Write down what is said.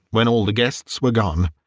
when all the guests were gone,